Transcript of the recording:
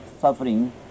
suffering